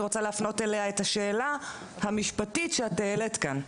אני רוצה להפנות אליה את השאלה המשפטית שאת העלית כאן.